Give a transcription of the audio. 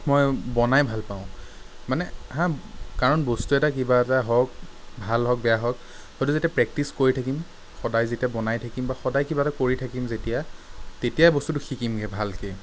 মই বনাই ভাল পাওঁ মানে হাঁ কাৰণ বস্তু এটা কিবা এটা হওক ভাল হওক বেয়া হওক সেইটো যেতিয়া প্ৰেক্টিছ কৰি থাকিম সদায় যেতিয়া বনাই থাকিম বা সদায় কিবা এটা কৰি থাকিম যেতিয়া তেতিয়া বস্তুটো শিকিমগে ভালকে